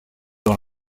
dans